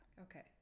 okay